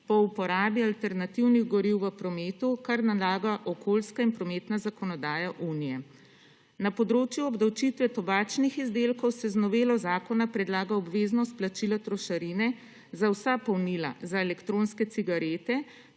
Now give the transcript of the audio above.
po uporabo alternativnih goriv v prometu, kar nalaga okoljska in prometna zakonodaja unije. Na področju obdavčitve tobačnih izdelkov se z novelo zakona predlaga obveznost plačila trošarine za vsa povnila, za elektronske cigarete,